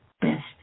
best